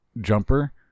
Jumper